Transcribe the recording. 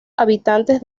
habitantes